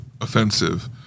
offensive